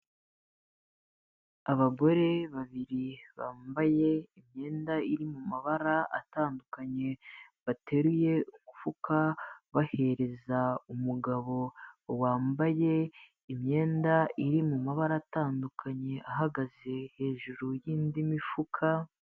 Abagore babiri bambaye imyenda iri mu mabara atandukanye bateruye umufuka bahereza umugabo wambaye imyenda iri mu mabara atandukanye ahagaze hejuru yindi mifuka.